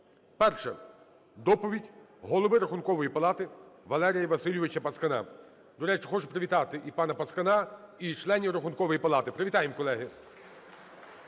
Перше – доповідь голови Рахункової палати Валерія Васильовича Пацкана. До речі, хочу привітати і пана Пацкана, і членів Рахункової палати. Привітаємо, колеги!